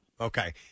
Okay